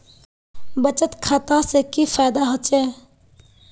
बचत खाता से की फायदा होचे?